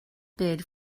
bid